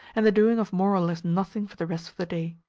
and the doing of more or less nothing for the rest of the day.